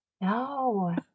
no